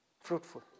fruitful